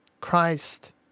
Christ